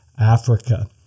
Africa